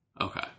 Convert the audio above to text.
Okay